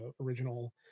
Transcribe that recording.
original